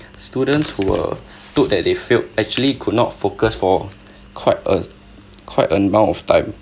students who were told that they failed actually could not focus for quite a quite amount of time